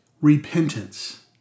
Repentance